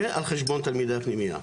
ועל חשבון תלמידי הפנימייה.